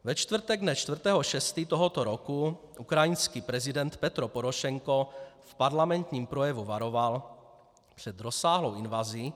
Ve čtvrtek dne 4. 6. tohoto roku ukrajinský prezident Petro Porošenko v parlamentním projevu varoval před rozsáhlou invazí.